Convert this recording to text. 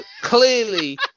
clearly